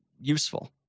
useful